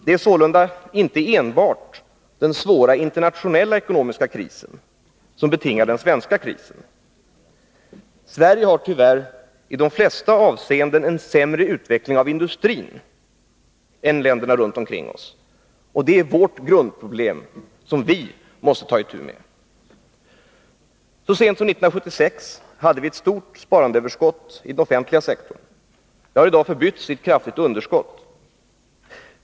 Det är sålunda inte enbart den svåra internationella ekonomiska krisen som betingar den svenska krisen. Sverige har tyvärr i de flesta avseenden en sämre utveckling av industrin än länderna omkring oss, och det är vårt grundproblem, som vi måste ta itu med. Så sent som 1976 hade vi ett stort sparandeöverskott inom den offentliga sektorn. Det har i dag förbytts i ett kraftigt underskott.